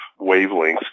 wavelengths